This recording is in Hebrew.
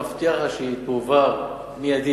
מבטיח לך שהיא תועבר מיידית